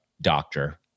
Doctor